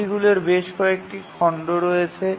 নথিগুলির বেশ কয়েকটি খণ্ড রয়েছে